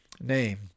name